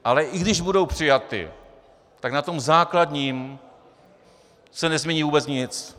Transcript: Ale i když budou přijaty, tak na tom základním se nezmění vůbec nic.